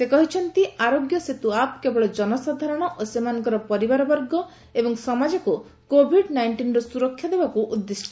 ସେ କହିଛନ୍ତି ଆରୋଗ୍ୟ ସେତୁ ଆପ୍ କେବଳ ଜନସାଧାରଣ ଓ ସେମାନଙ୍କର ପରିବାରବର୍ଗ ଏବଂ ସମାଜକୁ କୋଭିଡ୍ ନାଇଷ୍ଟିନ୍ରୁ ସୁରକ୍ଷା ଦେବାକୁ ଉଦ୍ଦିଷ୍ଟ